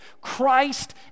Christ